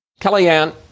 Kellyanne